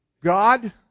God